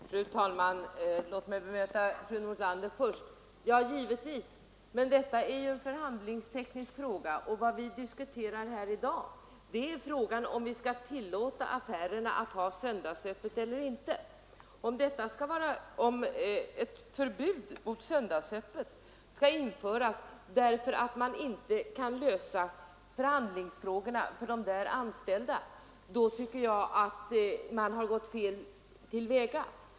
Fru talman! Låt mig bemöta fru Nordlander först. Detta är ju en förhandlingsteknisk fråga, och vad vi diskuterar här i dag är om vi skall tillåta affärerna att ha söndagsöppet eller inte. Om ett förbud mot söndagsöppet skall införas därför att man inte kan lösa förhandlingsfrågorna för de anställda, då tycker jag att man gått felaktigt till väga.